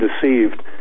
deceived